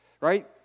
right